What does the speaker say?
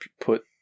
put